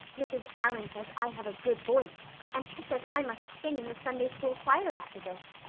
mrs. allan says i have a good voice and she says i must sing in the sunday-school choir after this.